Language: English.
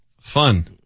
Fun